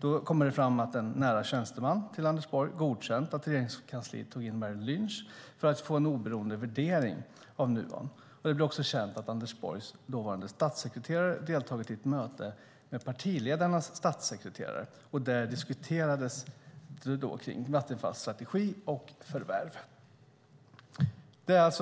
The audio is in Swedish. Då kommer det fram att en nära tjänsteman till Anders Borg godkänt att Regeringskansliet tog in Merrill Lynch för att få en oberoende värdering av Nuon. Det blev också känt att Anders Borgs dåvarande statssekreterare deltagit i ett möte med partiledarnas statssekreterare och att det där diskuterades Vattenfalls strategi och förvärv. Det är